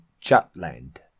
Jutland